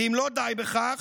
ואם לא די בכך,